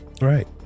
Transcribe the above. Right